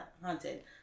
Haunted